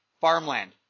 Farmland